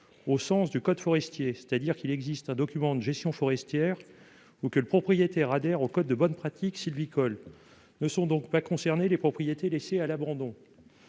au sens du code forestier, c'est-à-dire s'il existe un document de gestion forestière ou que le propriétaire adhère au code de bonnes pratiques sylvicoles. Ne sont donc pas concernées les propriétés laissées à l'abandon.